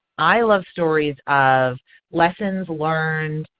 i love stories of lessons learned,